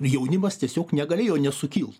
jaunimas tiesiog negalėjo nesukilt